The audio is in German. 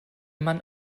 mann